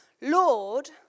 Lord